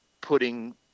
putting